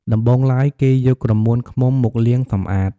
ដំបូងឡើយ គេយកក្រមួនឃ្មុំមកលាងសម្អាត។